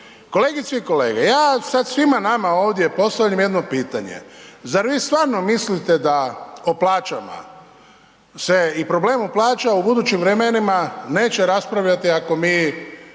kolegice i kolege ja sad svima nama ovdje postavljam jedno pitanje. Zar vi stvarno mislite da o plaćama se i problemu plaća u budućim vremenima neće raspravljati ako mi